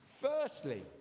Firstly